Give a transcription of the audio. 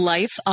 Life